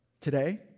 Today